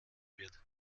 wird